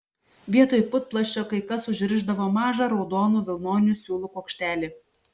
vietoj putplasčio kai kas užrišdavo mažą raudonų vilnonių siūlų kuokštelį